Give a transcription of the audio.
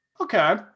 Okay